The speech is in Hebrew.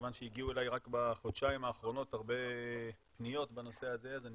כיוון שהגיעו אליי רק בחודשיים האחרונים הרבה פניות בנושא הזה אז אני